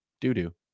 doo-doo